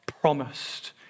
promised